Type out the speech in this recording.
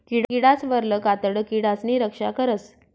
किडासवरलं कातडं किडासनी रक्षा करस